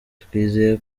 twizeye